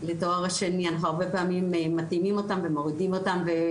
שאנחנו הרבה פעמים מתאימים ומורידים את דרישות הקבלה לתואר שני